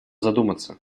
задуматься